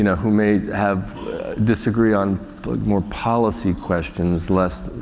you know who may have disagree on more policy questions less,